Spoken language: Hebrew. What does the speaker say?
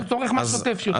הוא צורך מהשוטף שלו.